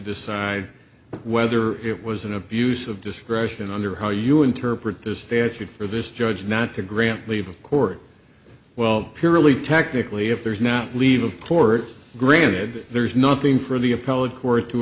decide whether it was an abuse of discretion under how you interpret this statute for this judge not to grant leave of court well purely technically if there's not leave of court granted there's nothing for the